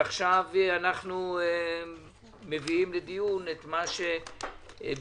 עכשיו אנחנו מביאים לדיון את מה שביקשנו,